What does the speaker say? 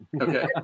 Okay